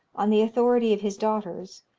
on the authority of his daughters,